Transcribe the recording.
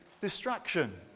distraction